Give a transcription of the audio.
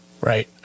right